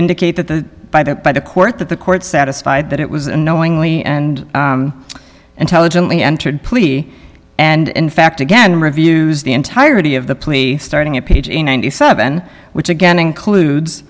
indicate that the by the by the court that the court satisfied that it was a knowingly and intelligently entered plea and in fact again reviews the entirety of the plea starting at page in ninety seven which again includes